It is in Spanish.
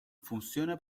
funciona